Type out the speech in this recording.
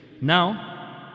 Now